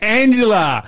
angela